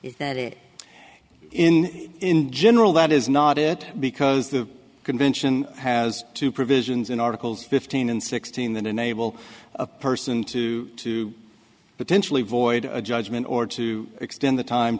that it in general that is not it because the convention has two provisions in articles fifteen and sixteen that enable a person to to potentially void a judgment or to extend the time